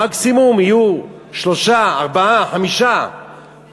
שמקסימום יהיו שלושה, ארבעה, חמישה,